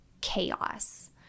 chaos